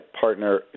partner